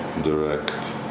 direct